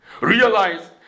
Realize